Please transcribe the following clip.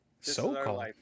So-called